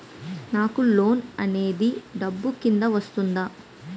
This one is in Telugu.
నాకు లోన్ అనేది డబ్బు కిందా వస్తుందా?